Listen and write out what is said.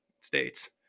states